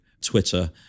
twitter